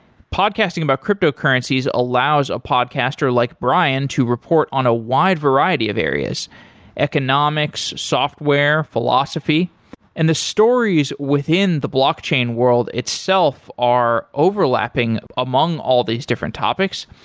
podcasting about cryptocurrencies allows a podcaster like brian to report on a wide variety of areas economics, software, philosophy and the stories within the blockchain world itself are overlapping among all these different topics.